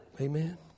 Amen